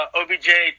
OBJ